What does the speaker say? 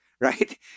right